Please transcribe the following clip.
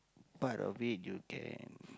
part of it you can